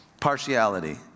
Partiality